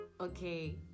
Okay